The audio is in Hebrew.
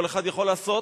כל אחד יכול לעשות,